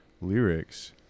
lyrics